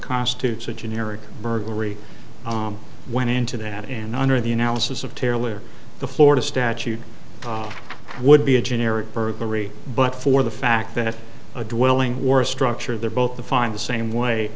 constitutes a generic burglary went into that and under the analysis of taylor the florida statute would be a generic burglary but for the fact that a dwelling wore a structure there both the find the same way